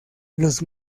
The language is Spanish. los